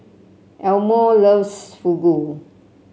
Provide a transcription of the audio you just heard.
Elmore loves Fugu